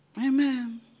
Amen